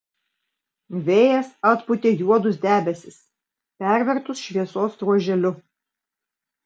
vėjas atpūtė juodus debesis pervertus šviesos ruoželiu